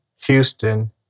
Houston